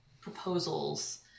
proposals